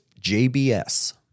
JBS